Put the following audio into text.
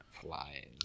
flies